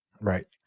Right